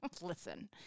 Listen